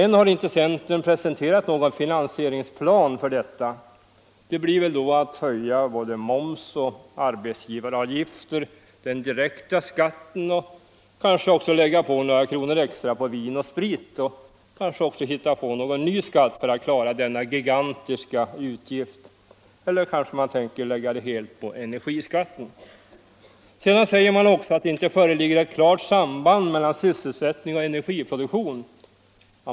Än har inte centern presenterat någon finansieringsplan för detta. Det blir väl att höja moms och arbetsgivaravgifter, den direkta skatten och kanske också lägga på några kronor extra på vin och sprit eller hitta på någon ny skatt för att klara denna gigantiska utgift — eller tänker man lägga det helt på energiskatten? Sedan säger man också att det inte föreligger ett klart samband mellan sysselsättning och energiproduktion.